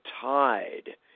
tide